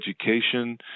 education